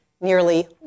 nearly